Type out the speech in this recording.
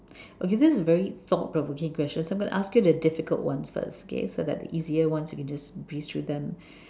okay this is very thought provoking question so I'm going to ask you the difficult one first okay so that the easier one you can just breeze through them